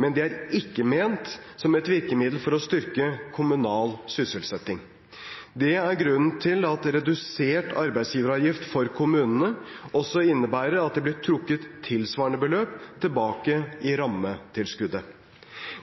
men det er ikke ment som et virkemiddel for å styrke kommunal sysselsetting. Det er grunnen til at redusert arbeidsgiveravgift for kommunene også innebærer at det blir trukket tilsvarende beløp tilbake i rammetilskuddet.